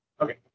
Okay